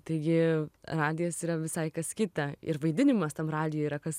taigi radijas yra visai kas kita ir vaidinimas tam radijuj yra kas